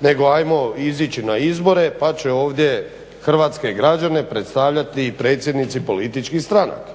nego hajmo izići na izbore, pa će ovdje hrvatske građane predstavljati i predsjednici političkih stranaka